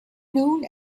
known